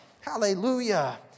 hallelujah